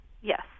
Yes